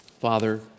Father